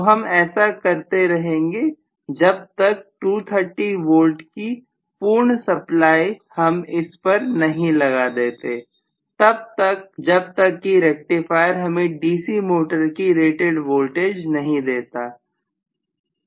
तो हम ऐसा करते रहेंगे जब तक 230V की पूर्ण सप्लाई हम इस पर नहीं लगा देते तब तक जब तक कि रेक्टिफायर हमें डीसी मोटर की रेटेड वोल्टेज नहीं देता